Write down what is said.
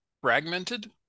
Fragmented